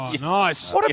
Nice